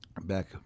back